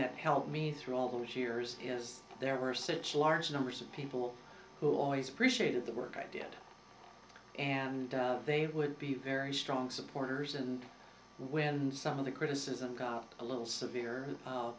that helped me through all those years there were such large numbers of people who always appreciated the work i did and they would be very strong supporters and when some of the criticism got a little severe